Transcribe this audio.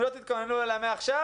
אם לא תתכוננו אליה מעכשיו,